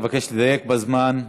אבקש לדייק בזמן.